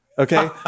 Okay